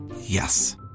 Yes